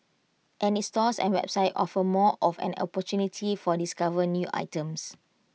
and its stores and website offer more of an opportunity for discover new items